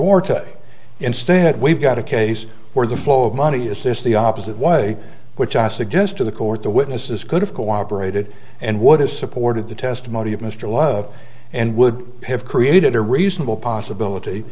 gore to instead we've got a case where the flow of money is just the opposite way which i suggest to the court the witnesses could have cooperated and what has supported the testimony of mr love and would have created a reasonable possibility